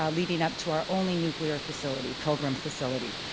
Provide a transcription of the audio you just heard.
ah leading up to our only nuclear facility, pilgrim facility,